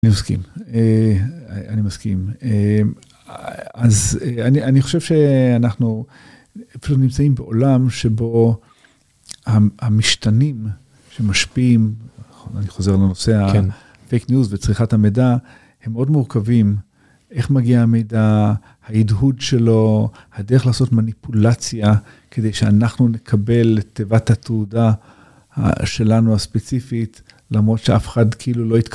אני מסכים, אני מסכים. אז אני חושב שאנחנו נמצאים בעולם שבו המשתנים שמשפיעים, אני חוזר לנושא, פייק ניוס וצריכת המידע, הם מאוד מורכבים איך מגיע המידע, ההדהוד שלו, הדרך לעשות מניפולציה כדי שאנחנו נקבל תיבת התהודה שלנו הספציפית, למרות שאף אחד כאילו לא יתקבל.